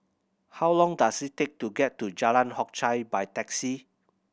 how long does it take to get to Jalan Hock Chye by taxi